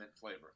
flavor